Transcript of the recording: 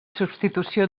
substitució